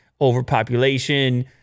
overpopulation